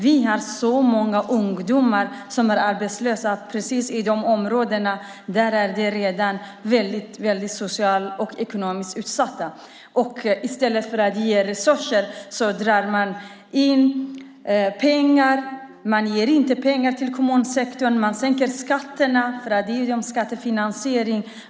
Vi har många ungdomar som är arbetslösa i områden som redan är socialt och ekonomiskt utsatta. I stället för att ge resurser drar man in pengarna. Man ger inte pengar till kommunsektorn. Man sänker skatterna.